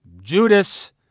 Judas